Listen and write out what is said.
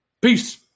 peace